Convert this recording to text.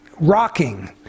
rocking